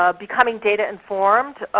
ah becoming data informed.